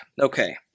Okay